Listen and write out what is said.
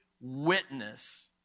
witness